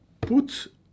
put